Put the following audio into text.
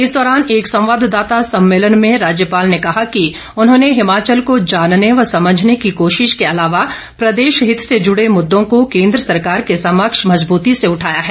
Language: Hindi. इस दौरान एक संवाददाता सम्मेलन में राज्यपाल ने कहा कि उन्होंने हिमाचल को जानने व समझने की कोशिश के अलावा प्रदेश हित से जुड़े मुददों को केन्द्र सरकार के समक्ष मजबूती से उठाया है